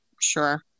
Sure